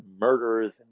murderers